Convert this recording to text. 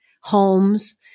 homes